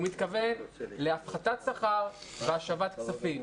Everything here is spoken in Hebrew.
הוא מתכוון להפחתת שכר והשבת כספים.